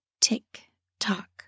Tick-tock